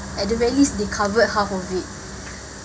at the very least it covered half of it